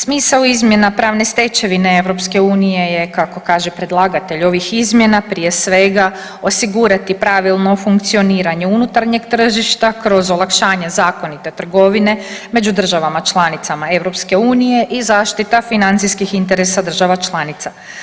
Smisao izmjena pravne stečevine EU je kako kaže predlagatelj ovih izmjena prije svega osigurati pravilno funkcioniranje unutarnjeg tržišta kroz olakšanje zakonite trgovine među državama članicama EU i zaštita financijskih interesa država članica.